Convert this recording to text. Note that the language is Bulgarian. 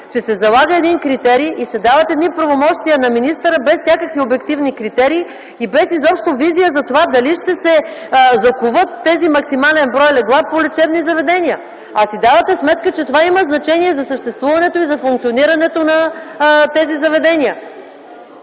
че се залага един критерий и се дават едни правомощия на министъра без всякакви обективни критерии и без изобщо визия за това дали ще се заковат тези максимален брой легла по лечебни заведения. А си давате сметка, че това има значение за съществуването и за функционирането на тези заведения.